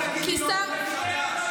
רק אל תגידי לו "אופק חדש".